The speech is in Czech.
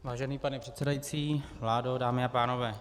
Vážený pane předsedající, vládo, dámy a pánové.